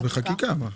בחקיקה.